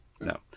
No